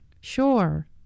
Sure